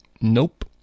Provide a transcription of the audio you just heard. Nope